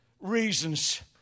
reasons